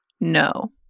No